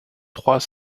trois